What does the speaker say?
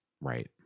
Right